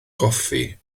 goffi